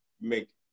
make